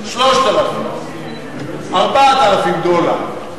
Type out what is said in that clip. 3,000 דולר, 4,000 דולר.